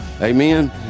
Amen